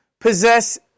possess